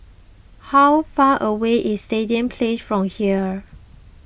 how far away is Stadium Place from here